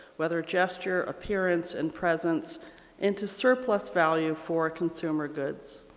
whether gesture, appearance, and presence into surplus value for consumer goods.